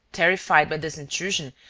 terrified by this intrusion,